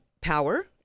power